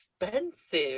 expensive